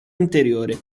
anteriore